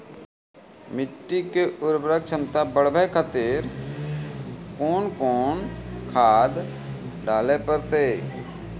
मिट्टी के उर्वरक छमता बढबय खातिर कोंन कोंन खाद डाले परतै?